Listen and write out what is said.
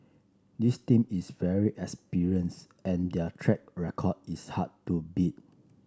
this team is very and their track record is hard to beat